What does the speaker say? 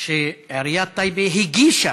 שעיריית טייבה הגישה